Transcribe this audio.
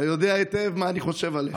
אתה יודע היטב מה אני חושב עליך.